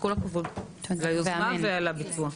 כל הכבוד על היוזמה ועל הביצוע.